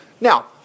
Now